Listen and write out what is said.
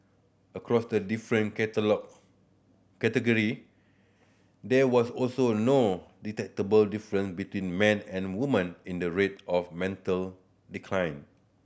across the different catalogue category there was also no detectable difference between men and woman in the rate of mental decline